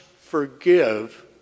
forgive